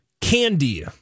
Candy